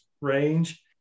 range